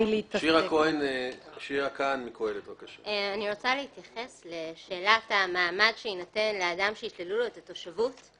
אני רוצה להתייחס לשאלת המעמד שיינתן לאדם שישללו לו את התושבות.